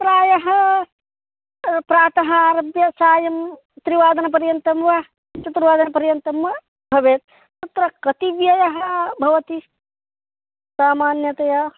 प्रायः प्रातः आरभ्य सायं त्रिवादनपर्यन्तं वा चतुर्वादनपर्यन्तं वा भवेत् तत्र कतिव्ययः भवति सामान्यतया